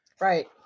Right